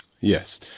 Yes